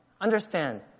understand